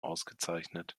ausgezeichnet